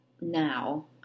now